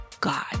God